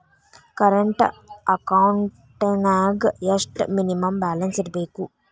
Current ಅಕೌಂಟೆಂನ್ಯಾಗ ಎಷ್ಟ minimum balance ಇರ್ಬೇಕು?